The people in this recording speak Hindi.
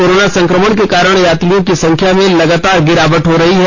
कोरोना संक्रमण के कारण यात्रियों की संख्या में लगातार गिरावट हो रही है